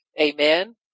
Amen